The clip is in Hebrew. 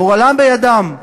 גורלם בידם.